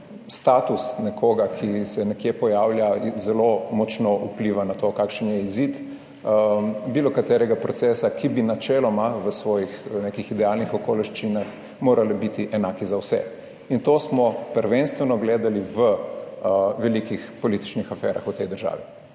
status nekoga, ki se nekje pojavlja, zelo močno vpliva na to, kakšen je izid bilo katerega procesa, ki bi načeloma v svojih nekih idealnih okoliščinah morali biti enaki za vse in to smo prvenstveno gledali v velikih političnih aferah v tej državi.